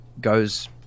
goes